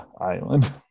island